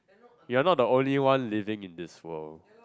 you are not the only one living in this world